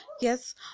Yes